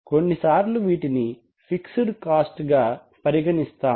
కొన్ని సార్లు వీటిని ఫిక్సెడ్ కాస్ట్ గా పరిగణిస్తాము